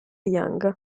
young